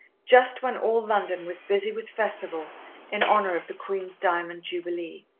just when all london was busy with festivals in honour of the queen's diamond jubilee.